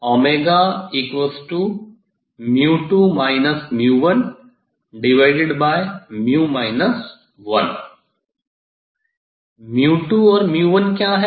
और क्या है